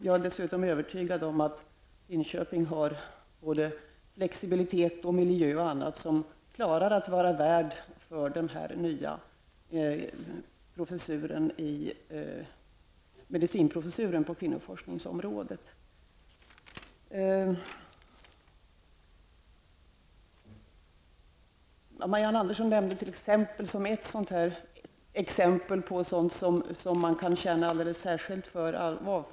Jag är dessutom övertygad om att Linköping har både flexibilitet, miljö och annat som gör att man klarar att vara värd för den nya medicinprofessuren på kvinnoforskningsområdet. Marianne Andersson i Vårgårda nämnde avfallsforskning som ett exempel på sådant som man kan känna alldeles särskilt för.